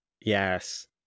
Yes